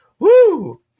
Woo